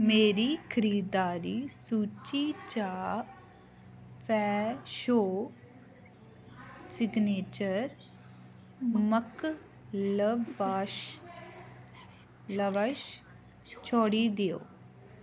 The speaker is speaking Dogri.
मेरी खरीदारी सूची चा फ्रैशो सिग्नेचर मक्क लवाश छोड़ी देओ